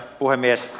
puhemies